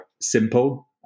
simple